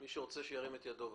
מי שרוצה ירים את ידו בבקשה.